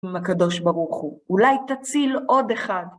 עם הקדוש ברוך הוא, אולי תציל עוד אחד.